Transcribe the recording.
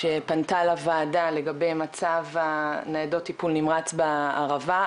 שפנתה לוועדה לגבי מצב הניידות טיפול נמרץ בערבה,